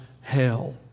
hell